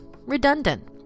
redundant